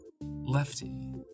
Lefty